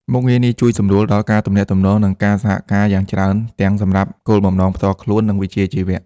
មុខងារនេះជួយសម្រួលដល់ការទំនាក់ទំនង និងការសហការយ៉ាងច្រើន ទាំងសម្រាប់គោលបំណងផ្ទាល់ខ្លួន និងវិជ្ជាជីវៈ។